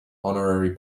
honorary